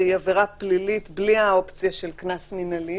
שהיא עבירה פלילית בלי האופציה של קנס מנהלי.